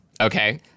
Okay